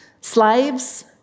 slaves